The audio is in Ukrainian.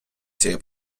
цієї